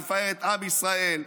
מפאר את עם ישראל,